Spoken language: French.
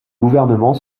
gouvernement